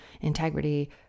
integrity